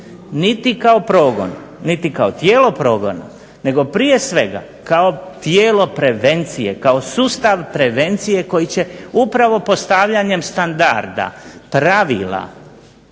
niti kao progon, niti kao tijelo progona nego prije svega kao tijelo prevencije, kao sustav prevencije koji će upravo postavljanjem standarda, pravila